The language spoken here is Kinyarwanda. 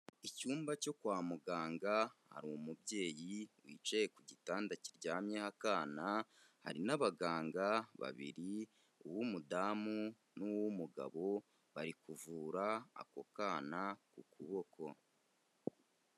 Icyumba cyo kwa muganga hari umubyeyi wicaye ku gitanda kiryamyeho akana, hari n'abaganga babiri uw'umudamu n'uw'umugabo bari kuvura ako kana ku kuboko.